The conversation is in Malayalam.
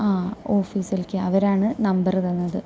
ആ ഓഫീസിലേക്ക് അവരാണ് നമ്പറ് തന്നത്